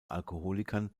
alkoholikern